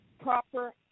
proper